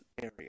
area